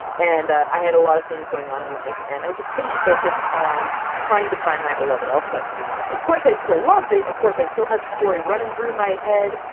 and i had a lot of things going on in life, and i just couldn't focus on trying to find my beloved elfquest anymore. of course, i still loved it! of course, i still had the story running through my head!